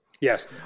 Yes